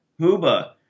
Huba